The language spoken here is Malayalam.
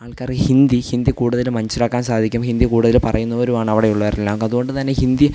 ആൾക്കാര് ഹിന്ദി ഹിന്ദി കൂടുതലും മനസ്സിലാക്കാൻ സാധിക്കും ഹിന്ദി കൂടുതലും പറയുന്നവരുമാണ് അവിടെയുള്ളവരെല്ലാം അത്കൊണ്ട്തന്നെ ഹിന്ദി